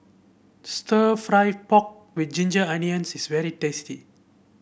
stir fry pork with Ginger Onions is very tasty